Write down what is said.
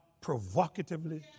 provocatively